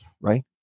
right